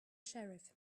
sheriff